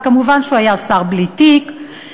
ומובן שהוא היה שר בלי תיק,